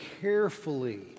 carefully